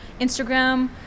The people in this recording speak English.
Instagram